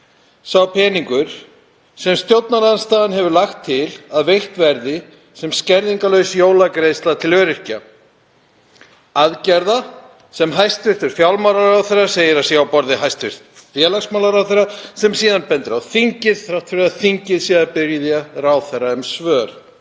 sá peningur sem stjórnarandstaðan hefur lagt til að veittur verði sem skerðingarlaus jólagreiðsla til öryrkja, aðgerð sem hæstv. fjármálaráðherra segir að sé á borði hæstv. félagsmálaráðherra sem síðan bendir á þingið þrátt fyrir að þingið sé að biðja ráðherra um svör.